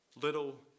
little